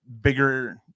bigger